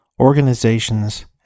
organizations